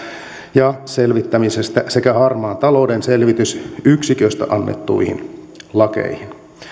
ja selvittämisestä sekä harmaan talouden selvitysyksiköstä annettuihin lakeihin